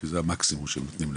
כי זה המקסימום שנותנים להם.